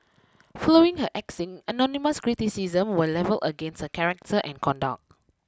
following her axing anonymous criticisms were levelled against her character and conduct